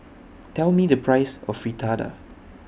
Tell Me The Price of Fritada